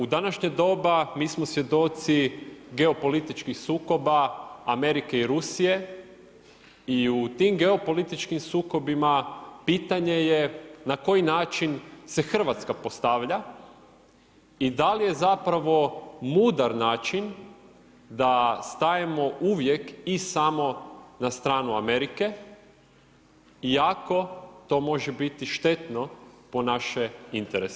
U današnje doba mi smo svjedoci geopolitičkih sukoba Amerike i Rusije i u tim geopolitičkim sukobima pitanje je na koji način se Hrvatska postavlja i da li je mudar način da stajemo uvijek i samo na stranu Amerike iako to može biti štetno po naše interese.